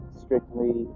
strictly